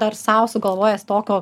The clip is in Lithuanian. dar sau sugalvojęs tokio